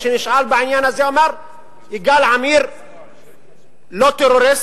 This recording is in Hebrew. כשנשאל בעניין הזה אמר: יגאל עמיר לא טרוריסט,